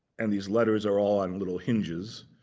and these letters are all on little hinges,